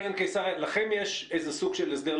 לכם יש איזה סוג של הסדר,